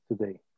today